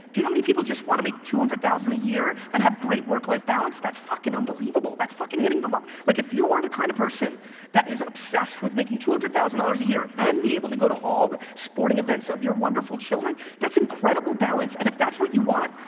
do you know how many people just want to make two hundred thousand a year and have great work-life balance? that's fucking unbelievable, that's fucking hitting the luck. like if you are the kind of person that is obsessed with making two hundred thousand dollars a year, and being able to go to all sporting events of your wonderful children, that's incredible balance and if that's what you want,